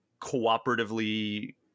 cooperatively